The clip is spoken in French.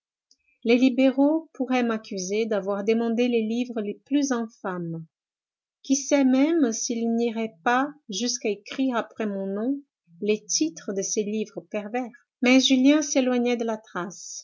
les libéraux pourraient m'accuser d'avoir demandé les livres les plus infâmes qui sait même s'ils n'iraient pas jusqu'à écrire après mon nom les titres de ces livres pervers mais julien s'éloignait de la trace